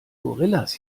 gorillas